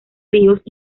ríos